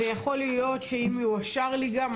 ויכול להיות שאם יאושר לי גם,